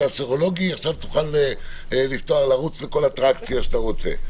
עכשיו תוכל לרוץ לכל אטרקציה שאתה רוצה.